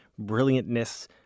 brilliantness